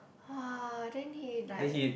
!wah! then he like